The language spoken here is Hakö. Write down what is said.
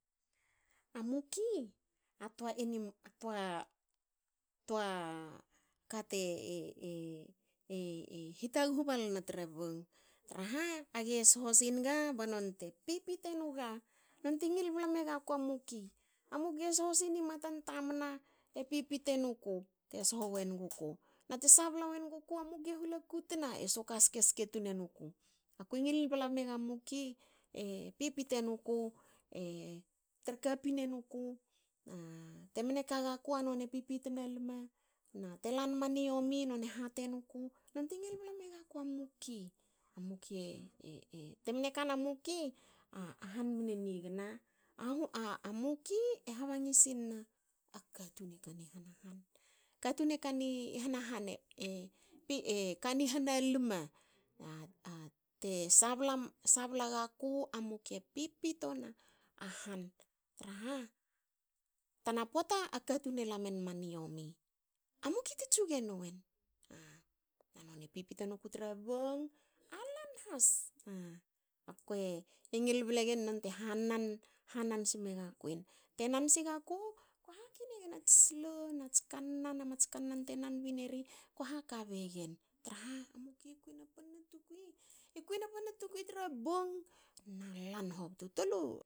A muki a toa animal a toa kate hitaguhu balna tra bong traha age soho si naga ba nonte pipite nuga. nonte ngil bla megaku a muki. a muki e soho sini matan tamna te pipite nuku te soho we nuguku na te sabla we nuguku. a muki e hola kutna e soka skeske tun enuku. Aku e ngil bla mega muki. e pipite nuku. e tra kapin enuku, temne ka gaku a noni e pipitna lma. na te lanma niomi none hatenuku. nonte ngil bla megaku a muki. A muki te mne kana muki, a han mne nigna a muki e habangi sinna a katun e kani hahanan. Katun e kani hanahan e kani hanalima te sabla gaku. a muki e pipito na han traha tana pota. a katun ela menma niomi. A muki te tsuge nuwen noni e pipite nuku tra bong. a lan has. Akue ngil ble gen nonte hanan hanan sme gakuin. Te nan sigaku ko haki negen ats slo nats kannan. a mats kannan te nan bineri. ko haka begen traha muki e kui ena panna tukui tra lan na bong hobto. Tol